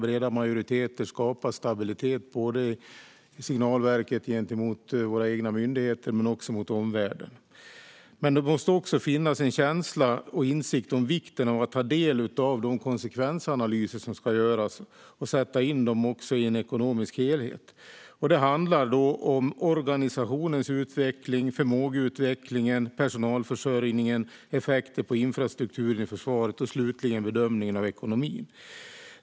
Breda majoriteter skapar stabilitet både i signalverket gentemot våra egna myndigheter och mot omvärlden. Men det måste också finnas en känsla och en insikt om vikten av att ta del av de konsekvensanalyser som ska göras och sätta in dem i en ekonomisk helhet. Det handlar då om organisationens utveckling, förmågeutvecklingen, personalförsörjningen, effekter på infrastrukturen i försvaret och slutligen bedömningen av ekonomin.